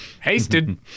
Hasted